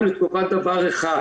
הוקם לטובת דבר אחד: